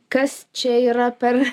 kas čia yra per